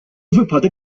wypadek